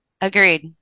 Agreed